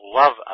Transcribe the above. love